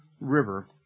River